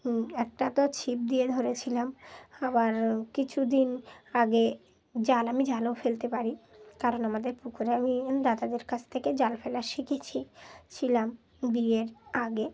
একটা তো ছিপ দিয়ে ধরেছিলাম আবার কিছুদিন আগে জাল আমি জালও ফেলতে পারি কারণ আমাদের পুকুরে আমি দাদাদের কাছ থেকে জাল ফেলা শিখেছি ছিলাম বিয়ের আগে